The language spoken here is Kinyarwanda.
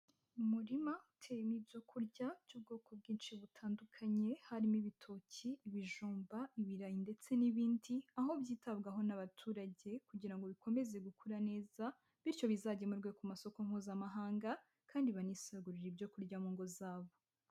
Umuririma uteyemo ibyo kurya by'ubwoko bwinshi butandukanye harimo ibitoki, ibijumba, ibirayi ndetse n'ibindi, aho byitabwaho n'abaturage kugira ngo bikomeze gukura neza bityo bizagemurwe ku masoko mpuzamahanga kandi banisagurire ibyo kurya mu ngo zabo.